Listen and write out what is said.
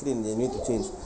they need to change